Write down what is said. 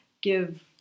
give